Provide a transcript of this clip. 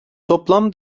toplam